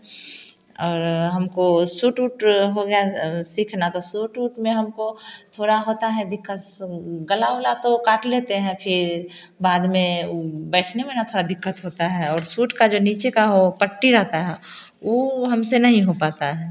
और हमको सूट उट हो गया सिलना तो सूट उट में हमको थोड़ा होता है दिक्कत सो गला उला तो काट लेते हैं फिर बाद में वह बैठने में न थोड़ा दिक्कत होता है और सूट का जो नीचे का वह पट्टी रहता है वह हमसे नहीं हो पाता है